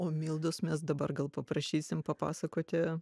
o mildos mes dabar gal paprašysim papasakoti